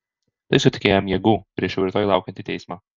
tai suteikia jam jėgų prieš jau rytoj laukiantį teismą